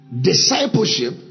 Discipleship